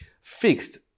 fixed